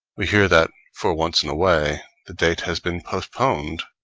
we hear that, for once in a way, the date has been postponed,